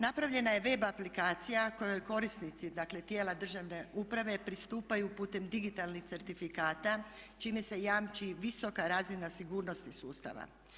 Napravljena je web aplikacija kojoj korisnici, dakle tijela državne uprave, pristupaju putem digitalnih certifikata čime se jamči visoka razina sigurnosti sustava.